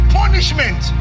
punishment